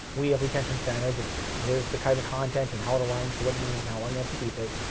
we have retention standards of here's the kind of content and how it aligns to what it means, and how long you have to keep it.